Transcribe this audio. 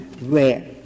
rare